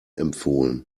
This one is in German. empfohlen